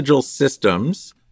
systems